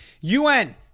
UN